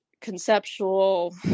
conceptual